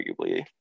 arguably